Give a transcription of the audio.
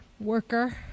Worker